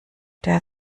der